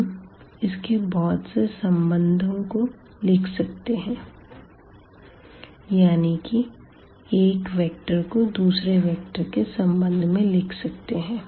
हम इसके बहुत से संबंधों लिख सकते हैं यानी कि एक वेक्टर को दूसरे वेक्टरस के संबंध में लिख सकते हैं